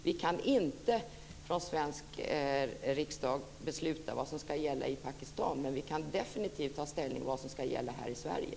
Vi kan inte från svensk riksdag besluta vad som ska gälla i Pakistan, men vi kan definitivt ta ställning när det gäller vad som ska gälla här i Sverige.